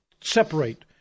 separate